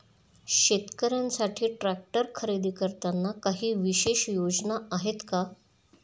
शेतकऱ्यांसाठी ट्रॅक्टर खरेदी करताना काही विशेष योजना आहेत का?